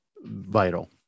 vital